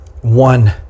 one